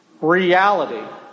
reality